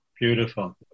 Beautiful